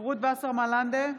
רות וסרמן לנדה,